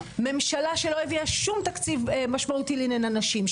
ממשלה שלא הביאה שום תקציב משמעותי לעניין הנשים,